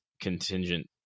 contingent